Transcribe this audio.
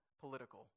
Political